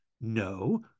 No